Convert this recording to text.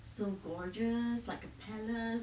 so gorgeous like a palace